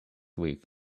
week